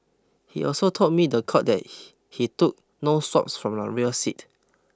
he also told me the court that he he took no swabs from the rear seat